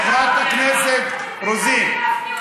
חברת הכנסת רוזין,